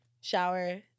shower